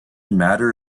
matter